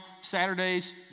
Saturdays